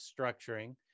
structuring